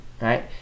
right